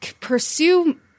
pursue